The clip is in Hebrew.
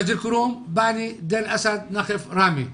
מג'דל כרום, בועיינה, דיר אל אסד, נחף, ראמה.